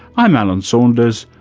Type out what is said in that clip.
i'm alan saunders.